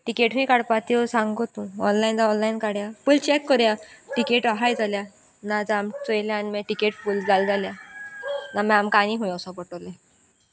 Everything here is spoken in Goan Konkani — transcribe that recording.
टिकेटूय काडपा त्यो सांगो तूं ऑनलायन जाव ऑनलायन काडया पळय चॅक करया तिकेट आसाय जाल्या ना जा आमी चोवल्या आनी मागीर टिकेट फूल जालें जाल्या ना मागीर आमकां आनीक खंय असो पडटलें